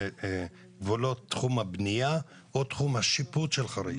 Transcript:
לגבולות תחום הבנייה או תחום השיפוט של חריש?